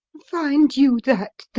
find you that